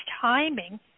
timing